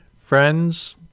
friends